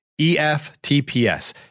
EFTPS